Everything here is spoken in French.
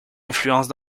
influences